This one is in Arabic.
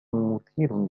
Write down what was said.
مثير